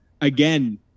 again